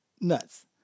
nuts